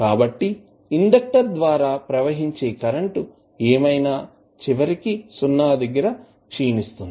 కాబట్టి ఇండక్టర్ ద్వారా ప్రవహించే కరెంట్ ఏమైనా చివరికి 0 కి క్షీణిస్తుంది